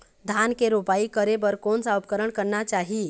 धान के रोपाई करे बर कोन सा उपकरण करना चाही?